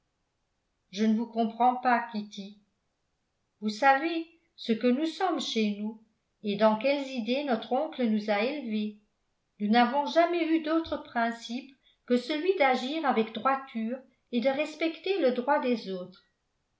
je ne vous comprends pas kitty vous savez ce que nous sommes chez nous et dans quelles idées notre oncle nous a élevés nous n'avons jamais eu d'autre principe que celui d'agir avec droiture et de respecter le droit des autres